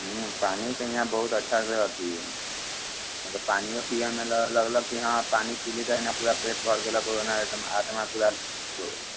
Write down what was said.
पानिके इहाँ बहुत अच्छा अथी हय इहाँके पानियो पिअमे लग लगलक कि हँ पानि पीले रहियै ने पेट भरि गेलक आत्मा पूरा